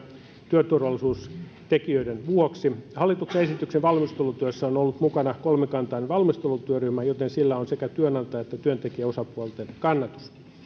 työturvallisuustekijöiden vuoksi hallituksen esityksen valmistelutyössä on ollut mukana kolmikantainen valmistelutyöryhmä joten sillä on sekä työnantaja että työntekijäosapuolten kannatus